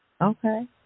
okay